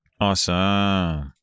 Awesome